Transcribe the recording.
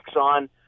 on